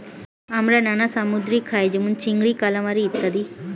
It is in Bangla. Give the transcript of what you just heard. আমরা নানা সামুদ্রিক খাই যেমন চিংড়ি, কালামারী ইত্যাদি